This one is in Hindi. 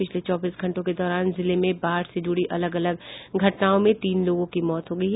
पिछले चौबीस घंटों के दौरान जिले में बाढ़ से जुड़ी अलग अलग घटनाओं में तीन लोगों की मौत हो गयी